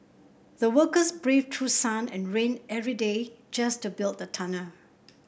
the workers braved through sun and rain every day just to build the tunnel